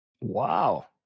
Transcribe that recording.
wow